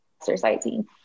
exercising